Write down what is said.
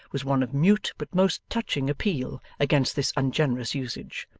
was one of mute but most touching appeal against this ungenerous usage.